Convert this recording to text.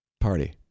Party